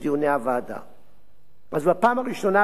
אז בפעם הראשונה, זה היה הצעת חוק-יסוד: